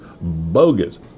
bogus